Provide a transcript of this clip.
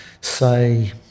say